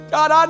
God